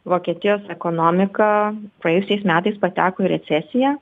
vokietijos ekonomika praėjusiais metais pateko į recesiją